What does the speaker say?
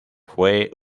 fue